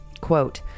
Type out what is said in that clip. Quote